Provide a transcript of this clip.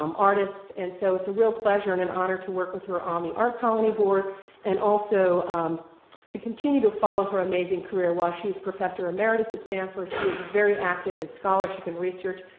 um artists, and so it's a real pleasure and and honor to work with her on the art colony board and also um to continue to follow her amazing career while she's professor emeritus at stanford, she is very active in scholarship and research,